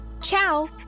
Ciao